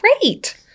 Great